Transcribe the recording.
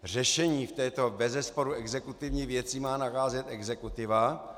Řešení v této bezesporu exekutivní věci má nacházet exekutiva.